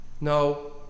No